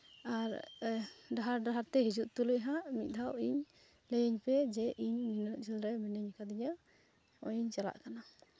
ᱟᱨ ᱰᱟᱦᱟᱨ ᱰᱟᱦᱟᱨᱛᱮ ᱦᱤᱡᱩᱜ ᱛᱩᱞᱩᱡ ᱦᱟᱸᱜ ᱢᱤᱫ ᱫᱷᱟᱣ ᱤᱧ ᱞᱟᱹᱭᱟᱹᱧ ᱯᱮ ᱡᱮ ᱤᱧ ᱱᱤᱱᱟᱹᱜ ᱡᱷᱟᱹᱞ ᱨᱮ ᱢᱤᱱᱟᱹᱧ ᱟᱠᱟᱹᱫᱤᱧᱟᱹ ᱱᱚᱜᱼᱚᱭᱤᱧ ᱪᱟᱞᱟᱜ ᱠᱟᱱᱟ